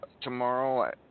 tomorrow